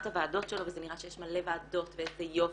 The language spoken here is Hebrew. הוועדות שלו וזה נראה שיש מלא ועדות ואיזה יופי.